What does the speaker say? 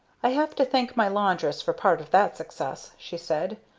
i have to thank my laundress for part of that success, she said.